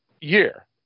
year